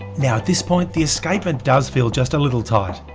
now at this point the escapement does feel just a little tight,